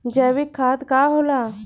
जैवीक खाद का होला?